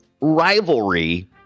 rivalry